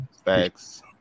Thanks